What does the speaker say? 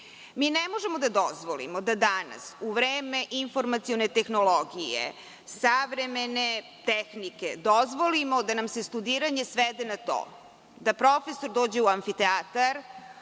možemo da dozvolimo da danas u vreme informacione tehnologije, savremene tehnike da dozvolimo da nam se studiranje svede na to da profesor dođe u amfiteatar,